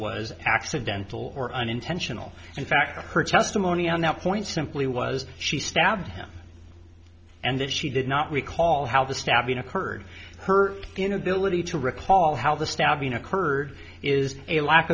was accidental or unintentional in fact her testimony on that point simply was she stabbed him and that she did not recall how the stabbing occurred her inability to recall how the stabbing occurred is a lack